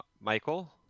Michael